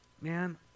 Man